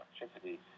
electricity